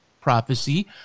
prophecy